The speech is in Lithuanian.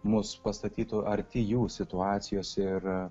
mus pastatytų arti jų situacijos ir